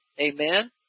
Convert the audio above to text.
amen